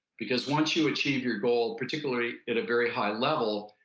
because once you achieve your goal, particularly at a very high level,